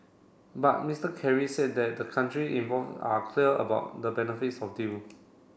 but Mister Kerry said that the country involve are clear about the benefits of deal